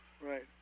Right